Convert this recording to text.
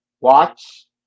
watch